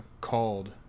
called